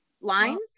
lines